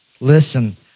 Listen